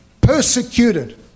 Persecuted